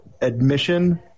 admission